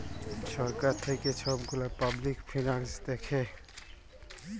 ছরকার থ্যাইকে ছব গুলা পাবলিক ফিল্যাল্স দ্যাখে